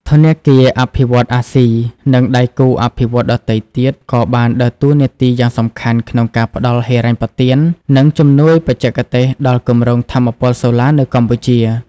ធនាគារអភិវឌ្ឍន៍អាស៊ី និងដៃគូអភិវឌ្ឍន៍ដទៃទៀតក៏បានដើរតួនាទីយ៉ាងសំខាន់ក្នុងការផ្តល់ហិរញ្ញប្បទាន និងជំនួយបច្ចេកទេសដល់គម្រោងថាមពលសូឡានៅកម្ពុជា។